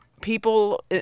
people